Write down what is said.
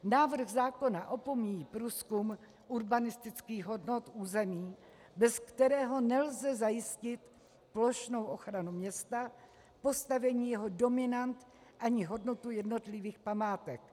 Návrh zákona opomíjí průzkum urbanistických hodnot území, bez kterého nelze zajistit plošnou ochranu města, postavení jeho dominant ani hodnotu jednotlivých památek.